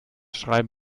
schreiben